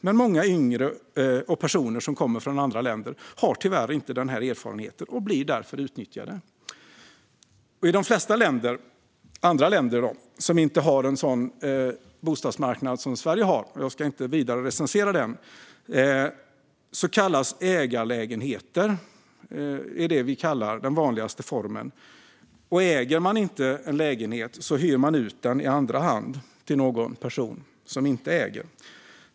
Men många yngre och personer som kommer från andra länder har tyvärr inte denna erfarenhet och blir därför utnyttjade. I de flesta andra länder som inte har en sådan bostadsmarknad som Sverige har - jag ska inte recensera den vidare - är ägarlägenheter den vanligaste formen. Äger man inte en lägenhet hyr man en lägenhet av en person som äger en lägenhet.